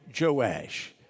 Joash